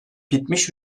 bitmiş